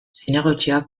zinegotziak